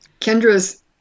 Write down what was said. Kendra's